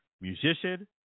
musician